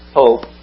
hope